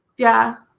yeah.